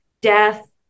death